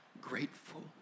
grateful